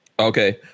Okay